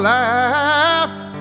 laughed